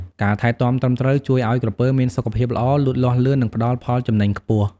ការថែទាំត្រឹមត្រូវជួយឲ្យក្រពើមានសុខភាពល្អ លូតលាស់លឿន និងផ្តល់ផលចំណេញខ្ពស់។